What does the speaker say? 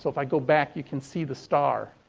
if i go back, you can see the star.